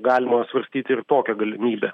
galima svarstyti ir tokią galimybę